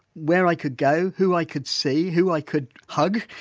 where i could go, who i could see, who i could hug!